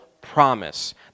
promise